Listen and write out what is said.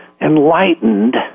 enlightened